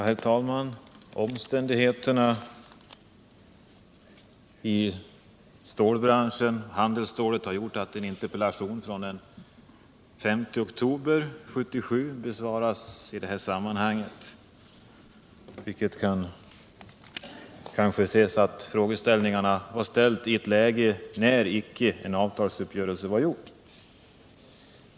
Herr talman! Omständigheterna i handelsstålsbranschen har gjort att en interpellation från den 5 oktober 1977 besvaras i det här sammanhanget, Om stålpolitiken vilket kanske kan ses mot bakgrund av att frågeställningarna framställts i ett läge när avtalsuppgörelse inte hade träffats.